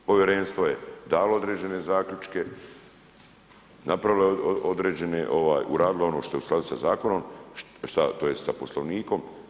Povjerenstvo je dalo određene zaključke, napravilo određene, uradilo ono što je u skladu sa zakonom, tj. sa Poslovnikom.